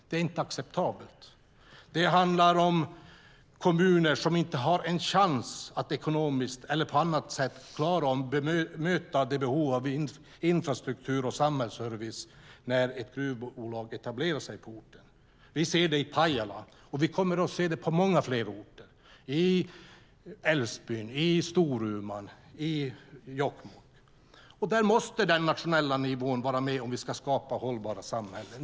Det är inte acceptabelt. Det handlar om kommuner som inte har en chans att ekonomiskt eller på annat sätt klara och möta behov av infrastruktur och samhällsservice när ett gruvbolag etablerar sig på orten. Vi ser det i Pajala, och vi kommer att se det på många fler orter. Det gäller Älvsbyn, Storuman och Jokkmokk. Där måste den nationella nivån vara med om vi ska skapa hållbara samhällen.